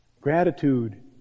Gratitude